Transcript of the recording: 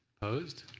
opposed?